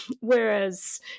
Whereas